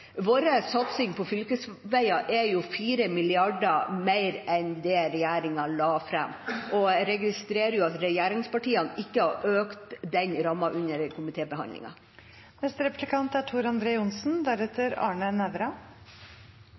Vår satsing på fylkesveier er 4 mrd. kr mer enn det regjeringa la fram. Jeg registrerer at regjeringspartiene ikke har økt den rammen under